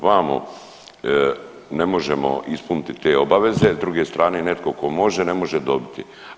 Vamo ne možemo ispuniti te obaveze, a s druge strane netko tko može ne može dobiti.